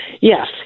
Yes